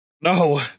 No